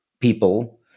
people